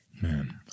Man